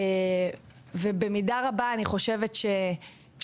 אני חושבת שבמידה רבה,